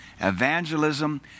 evangelism